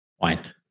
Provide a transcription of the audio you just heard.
wine